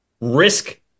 risk